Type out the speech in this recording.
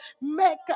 make